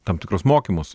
tam tikrus mokymus